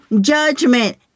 judgment